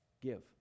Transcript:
give